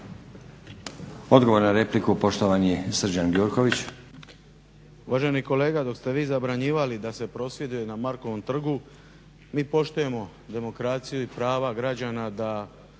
Odgovor na repliku poštovani Srđan Gjurković.